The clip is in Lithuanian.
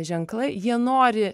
ženklai jie nori